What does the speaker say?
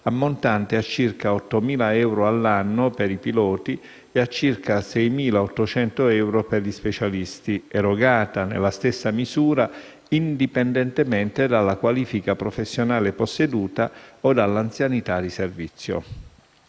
ammontante a circa 8.000 euro all'anno per i piloti e a circa 6.800 euro per gli specialisti, erogata nella stessa misura indipendentemente dalla qualifica professionale posseduta o dall'anzianità di servizio.